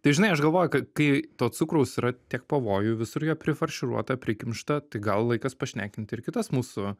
tai žinai aš galvoju kad kai to cukraus yra tiek pavojų visur jo prifarširuota prikimšta tai gal laikas pašnekinti ir kitas mūsų